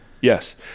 Yes